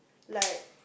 like